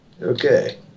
Okay